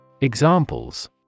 Examples